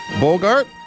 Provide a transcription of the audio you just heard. Bogart